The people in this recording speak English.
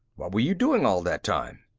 what were you doing all that time?